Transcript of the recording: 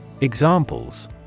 Examples